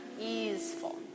Easeful